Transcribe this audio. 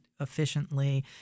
efficiently